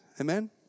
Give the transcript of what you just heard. Amen